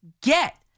get